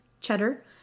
cheddar